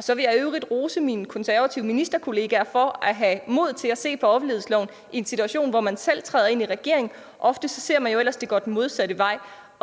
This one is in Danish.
Så vil jeg i øvrigt rose mine konservative ministerkollegaer for at have mod til at se på offentlighedsloven i en situation, hvor de selv træder ind i regeringen. Ofte ser man jo ellers, at det går den modsatte vej.